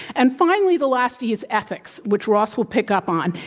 and finally, the last e is ethics, which ross will pick up on.